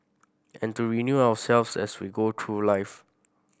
and to renew ourselves as we go through life